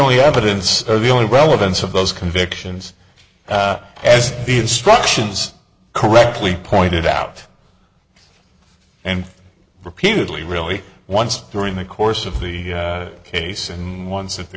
only evidence the only relevance of those convictions as the instructions correctly pointed out and repeatedly really once during the course of the case and once at the